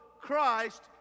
Christ